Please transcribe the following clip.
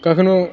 कखनो